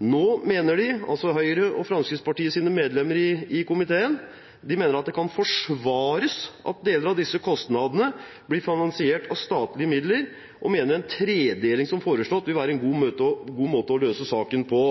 Nå mener de, altså Høyre og Fremskrittspartiets medlemmer i komiteen, at det kan forsvares at deler av disse kostnadene blir finansiert av statlige midler, og mener at en tredeling – som foreslått – vil være en god måte å løse saken på.